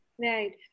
right